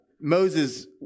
Moses